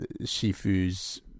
shifu's